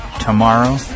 tomorrow